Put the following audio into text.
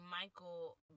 Michael